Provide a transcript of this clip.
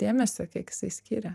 dėmesio kiek jisai skiria